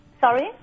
Sorry